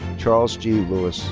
charles g. lewis